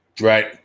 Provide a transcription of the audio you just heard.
Right